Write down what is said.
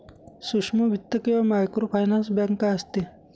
सूक्ष्म वित्त किंवा मायक्रोफायनान्स बँक काय असते?